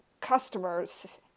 customers